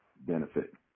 benefit